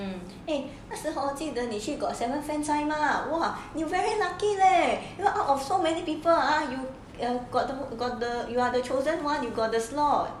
eh 你记得那时候你去 got seventeen fan 在嘛 !wah! you very lucky leh out of so many people are you got the got the you are the chosen one you got the slot